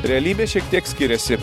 realybė šiek tiek skiriasi